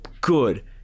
good